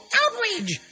outrage